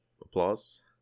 applause